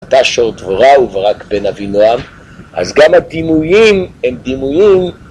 וברק בן אבינועם, אז גם הדימויים הם דימויים...